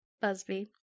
Busby